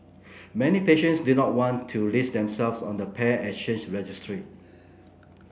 many patients did not want to list themselves on the paired exchange registry